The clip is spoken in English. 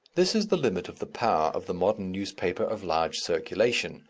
this is the limit of the power of the modern newspaper of large circulation,